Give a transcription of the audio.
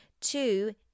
two